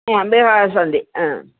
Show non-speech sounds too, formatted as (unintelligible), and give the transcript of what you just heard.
(unintelligible) वा सन्ति